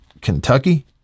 Kentucky